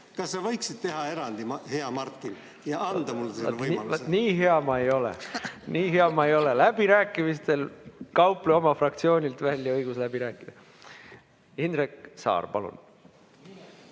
Kas sa võiksid teha erandi, hea Martin, ja anda mulle selle võimaluse? Vaat nii hea ma ei ole. Nii hea ma ei ole! Läbirääkimistel kauple oma fraktsioonilt välja õigus läbi rääkida. Indrek Saar, palun!